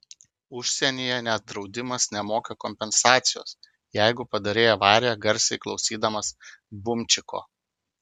užsienyje net draudimas nemoka kompensacijos jeigu padarei avariją garsiai klausydamas bumčiko